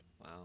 wow